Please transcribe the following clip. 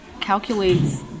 calculates